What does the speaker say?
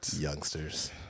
youngsters